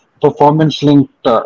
performance-linked